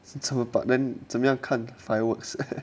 是这个 but then 怎么样看 fireworks